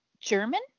German